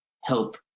help